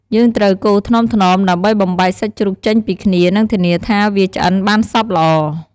យើងត្រូវកូរថ្នមៗ ដើម្បីបំបែកសាច់ជ្រូកចេញពីគ្នា និងធានាថាវាឆ្អិនបានសព្វល្អ។